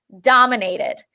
dominated